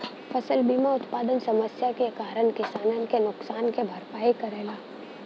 फसल बीमा उत्पादन समस्या के कारन किसानन के नुकसान क भरपाई करेला